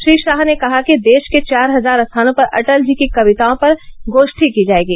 श्री शाह ने कहा कि देश के चार हजार स्थानों पर अटल जी की कविताओं पर गोष्ठी की जायेगी